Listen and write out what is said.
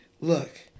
Look